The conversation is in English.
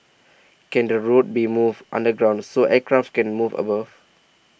can the road be moved underground so aircraft can move above